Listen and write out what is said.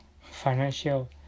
financial